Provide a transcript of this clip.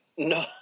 No